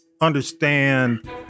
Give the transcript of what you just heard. understand